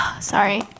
sorry